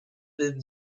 with